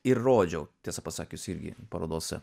ir rodžiau tiesą pasakius irgi parodose